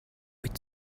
with